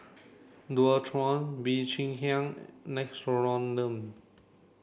Dualtron Bee Cheng Hiang Nixoderm